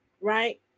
right